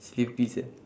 sleepy sia